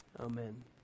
Amen